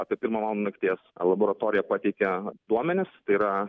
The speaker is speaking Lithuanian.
apie pirmą valandą nakties laboratorija pateikia duomenis tai yra